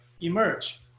Emerge